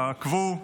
תעקבו,